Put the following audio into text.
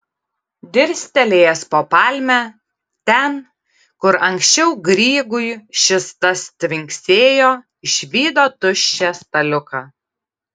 dirstelėjęs po palme ten kur anksčiau grygui šis tas tvinksėjo išvydo tuščią staliuką